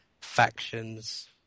factions